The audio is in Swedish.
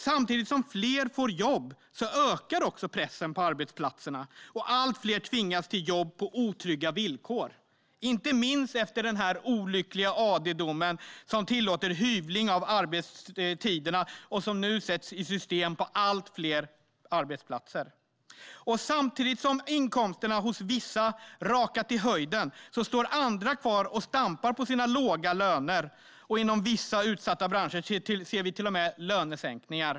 Samtidigt som fler får jobb ökar också pressen på arbetsplatserna, och allt fler tvingas till jobb på otrygga villkor - inte minst efter den olyckliga AD-dom som tillåter hyvling av arbetstiderna, vilket nu sätts i system på allt fler arbetsplatser. Samtidigt som inkomsterna har rakat i höjden för vissa står andra kvar och stampar med sina låga löner. Inom vissa utsatta branscher ser vi till och med lönesänkningar.